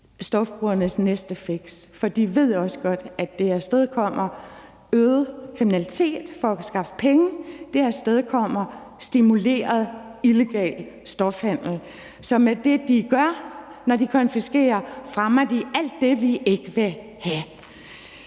stofbrugernes næste fix, for de ved jo godt, at det afstedkommer øget kriminalitet for at få skaffet penge; det afstedkommer stimuleret illegal stofhandel. Så med det, de gør, når de konfiskerer stoffet, fremmer de alt det, vi ikke vil have.